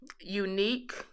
Unique